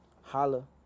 holla